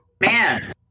Man